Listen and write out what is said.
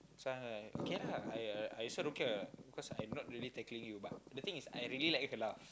so I'm like okay lah I uh I also don't care what because I not really tackling you but the thing is I really like her laugh